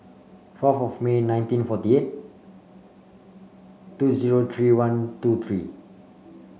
fourth of May nineteen forty eight two zero three one two three